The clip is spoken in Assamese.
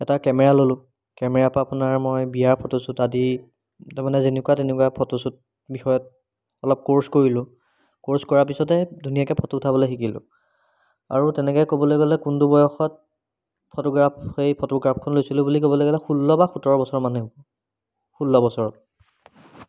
এটা কেমেৰা ললোঁ কেমেৰাৰ পৰা আপোনাৰ মই বিয়াৰ ফটোশ্ৱুট আদি তাৰমানে যেনেকুৱা তেনেকুৱা ফটোশ্ৱুট বিষয়ত অলপ কোৰ্চ কৰিলোঁ কোৰ্চ কৰাৰ পিছতে ধুনীয়াকৈ ফটো উঠাবলৈ শিকিলোঁ আৰু তেনেকৈ ক'বলৈ গ'লে কোনটো বয়সত ফটোগ্ৰাফ সেই ফটোগ্ৰাফখন লৈছিলোঁ বুলি ক'বলৈ গ'লে ষোল্ল বা সোতৰ বছৰ মানেই হ'ব ষোল্ল বছৰ